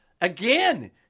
Again